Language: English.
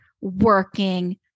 working